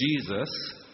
Jesus